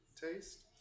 taste